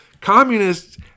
Communists